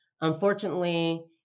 Unfortunately